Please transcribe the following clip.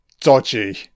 Dodgy